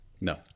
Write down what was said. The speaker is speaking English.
No